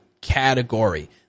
category